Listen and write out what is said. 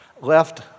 left